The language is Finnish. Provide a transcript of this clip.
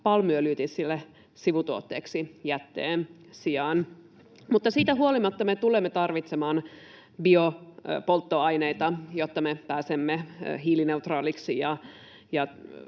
palmuöljytisle sivutuotteeksi jätteen sijaan. Mutta siitä huolimatta me tulemme tarvitsemaan biopolttoaineita, jotta me pääsemme hiilineutraaliksi,